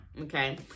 Okay